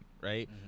right